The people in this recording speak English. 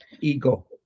Ego